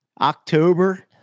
October